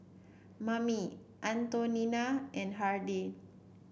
Mamie Antonina and Hardin